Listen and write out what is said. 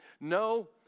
no